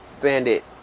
bandit